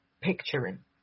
picturing